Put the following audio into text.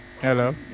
Hello